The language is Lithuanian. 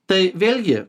tai vėlgi